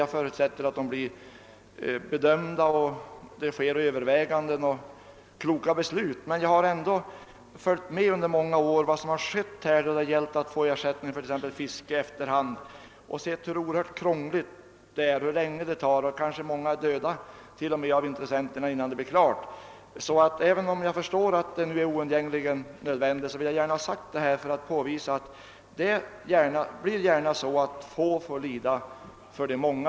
Jag förutsätter att dessa skador verkligen blir bedömda och att kloka beslut fattas efter gjorda överväganden. Under många år har jag dock följt vad som hänt när någon i efterhand försökt få ersättning för skador exempelvis i fråga om fisket; det är oerhört krångligt och tar lång tid — många av intressenterna hinner avlida innan ärendet blir avgjort. Även om jag förstår att en tillfällig vattenreglering är oundgängligen nödvändig har jag velat framföra detta för att visa att det gärna blir så att få måste lida för de många.